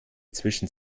zwischen